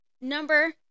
Number